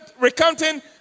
recounting